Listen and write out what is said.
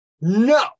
no